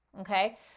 okay